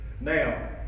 now